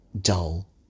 dull